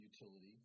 utility